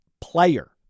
player